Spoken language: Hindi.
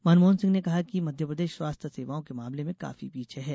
मनमोहन सिंह ने कहा कि मप्र स्वास्थ्य सेवाओं के मामले में काफी पीछे है